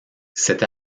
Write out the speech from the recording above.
cette